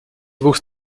двух